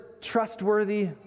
trustworthy